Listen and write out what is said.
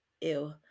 ew